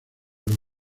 los